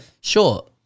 sure